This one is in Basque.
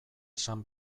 esan